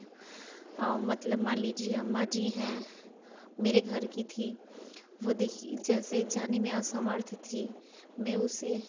मतलब मान लीजिए अम्मा जी हैं मेरे घर की थीं वह दिखीं जैसे जाने में असमर्थ थीं मैं उसे